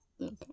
Okay